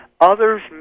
Others